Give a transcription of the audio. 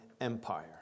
Empire